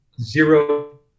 zero